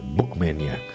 book-maniac,